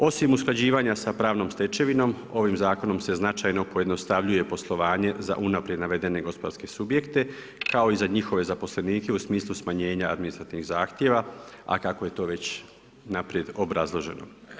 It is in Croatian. Osim usklađivanja sa pravnom stečevinom ovim zakonom se značajno pojednostavljuje poslovanje za unaprijed navedene gospodarske subjekte kao i za njihove zaposlenike u smislu smanjenja administrativnih zahtjeva a kako je to već unaprijed obrazloženo.